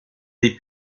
dei